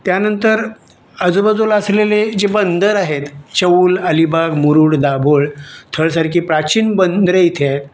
त्यानंतर आजूबाजूला असलेले जे बंदर आहेत चौल अलिबाग मुरुड दाभोळ थळ सारखी प्राचीन बंदरे इथे आहेत